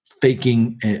faking